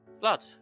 Blood